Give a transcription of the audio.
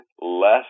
less